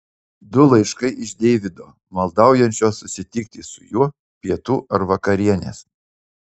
du laiškai iš deivido maldaujančio susitikti su juo pietų ar vakarienės